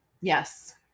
yes